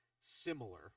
similar